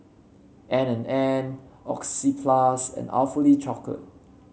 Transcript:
N and N Oxyplus and Awfully Chocolate